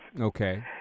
Okay